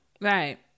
right